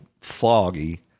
foggy